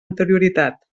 anterioritat